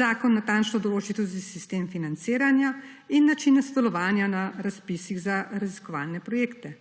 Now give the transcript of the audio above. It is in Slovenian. Zakon natančno določi tudi sistem financiranja in način sodelovanja na razpisih za raziskovalne projekte.